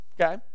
okay